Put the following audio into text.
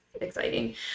exciting